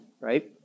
right